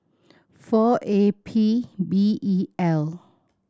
four A P B E L